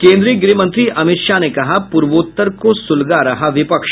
केंद्रीय गृह मंत्री अमित शाह ने कहा पूर्वोत्तर को सुलगा रहा विपक्ष